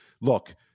look